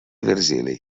virgili